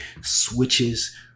switches